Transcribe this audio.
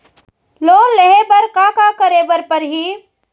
Loan लेहे बर का का का करे बर परहि?